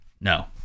No